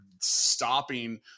stopping